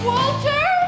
Walter